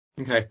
Okay